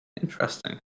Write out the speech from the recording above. Interesting